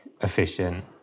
efficient